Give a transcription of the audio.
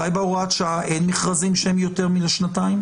אולי בהוראת שעה אין מכרזים שהם יותר משנתיים?